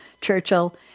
Churchill